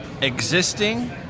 existing